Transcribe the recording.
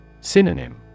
Synonym